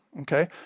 okay